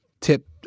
tip